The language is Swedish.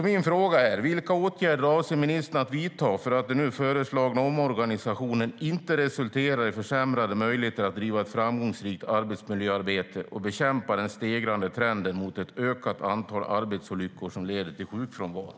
Min fråga är: Vilka åtgärder avser ministern att vidta för att den nu föreslagna omorganisationen inte resulterar i försämrade möjligheter att bedriva ett framgångsrikt arbetsmiljöarbete och bekämpa den stegrande trenden med ett ökat antal arbetsolyckor som leder till sjukfrånvaro?